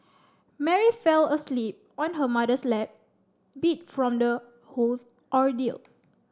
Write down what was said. Mary fell asleep on her mother's lap beat from the whole ordeal